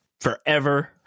forever